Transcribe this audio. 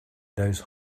those